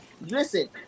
Listen –